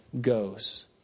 goes